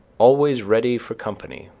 always ready for company,